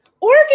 Oregon